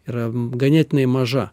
yra ganėtinai maža